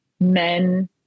men